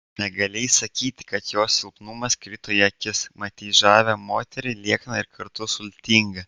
negalėjai sakyti kad jos silpnumas krito į akis matei žavią moterį liekną ir kartu sultingą